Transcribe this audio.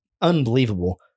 unbelievable